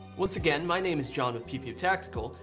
once again, my name is john with pew pew tactical.